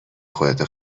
خودتو